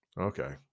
Okay